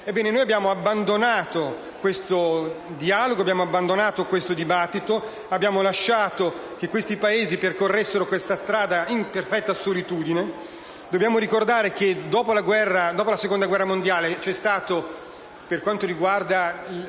noi abbiamo abbandonato questo dialogo, abbiamo abbandonato questo dibattito e abbiamo lasciato che questi Paesi percorressero la strada in perfetta solitudine. Dobbiamo ricordare che, dopo la Seconda guerra mondiale, nell'Europa occidentale